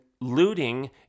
looting